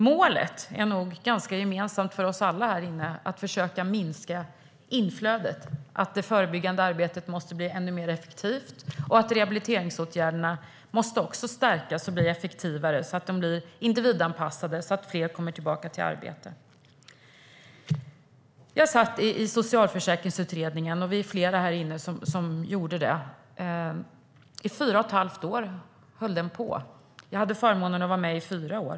Målet är nog gemensamt för oss alla här, att försöka minska inflödet, att det förebyggande arbetet måste bli ännu mer effektivt och att rehabiliteringsåtgärderna måste stärkas och bli effektivare för att de ska bli individanpassade så att fler kommer tillbaka i arbete. Jag tillsammans med flera här satt med i Socialförsäkringsutredningen. Utredningen arbetade i fyra och ett halvt år. Jag hade förmånen att vara med i fyra år.